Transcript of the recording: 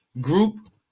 group